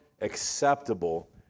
acceptable